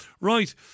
Right